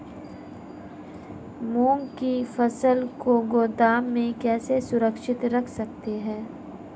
मूंग की फसल को गोदाम में कैसे सुरक्षित रख सकते हैं?